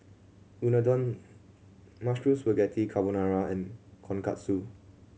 Unadon Mushroom Spaghetti Carbonara and Tonkatsu